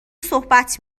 صحبت